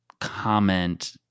comment